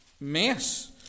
mess